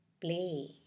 play